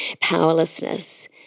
powerlessness